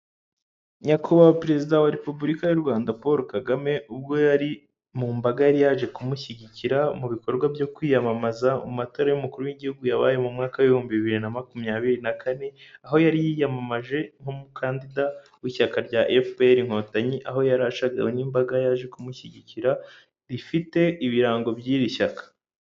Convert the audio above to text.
Nyakubahwa, Perezida wa Repubulika y'u Rwanda Paul Kagame, ubwo yari mu mbaga yari yaje kumushyigikira, mu bikorwa byo kwiyamamaza mu matora y'umukuru w'igihugu yabaye mu mwaka w'ibihumbi bibiri na makumyabiri na kane, aho yari yiyamamaje nk'umukandida w'ishyaka rya FPR Inkotanyi, aho yari ashagawe n'imbaga yaje kumushyigikira, rifite ibirango by'iri shyaka.